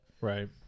Right